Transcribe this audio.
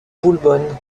boulbonne